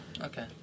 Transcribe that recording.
okay